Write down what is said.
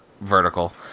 vertical